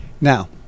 Now